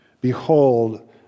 Behold